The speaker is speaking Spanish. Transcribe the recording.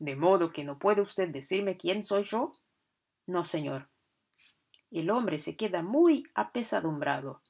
de modo que no puede usted decirme quién soy yo no señor el hombre se queda muy apesadumbrado